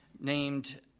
named